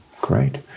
Great